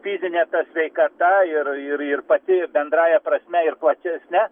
fizinė sveikata ir ir pati bendrąja prasme ir platesne